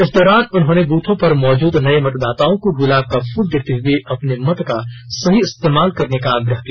इस दौरान उन्होंने बूथों पर मौजूद नए मतदाताओं को गुलाब का फूल देते हुए अपने मत का सही इस्तेमाल करने का आग्रह किया